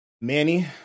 Manny